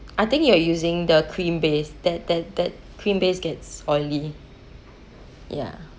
I think you are using the cream based the the the cream based gets oily ya